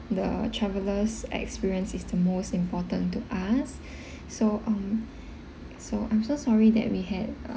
the travelers experience is the most important to us so um so I'm so sorry that we had